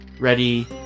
ready